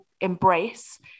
embrace